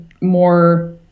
more